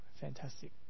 fantastic